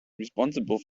responsible